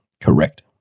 Correct